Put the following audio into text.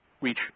reach